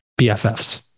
BFFs